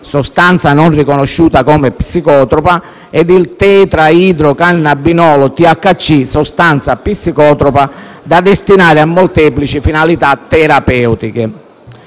sostanza non riconosciuta come psicotropa, ed il tetraidrocannabinolo (THC), sostanza psicotropa, da destinare a molteplici finalità terapeutiche.